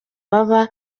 baba